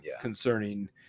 concerning